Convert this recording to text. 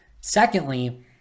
Secondly